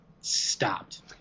stopped